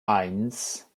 eins